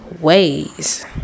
Ways